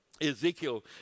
Ezekiel